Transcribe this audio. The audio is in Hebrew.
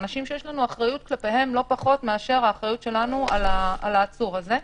אנשים שיש לנו אחריות כלפיהם לא פחות מאשר האחריות שלנו על העצור הזה.